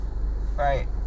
right